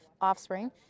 offspring